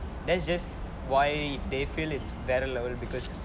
that's just why they feel is because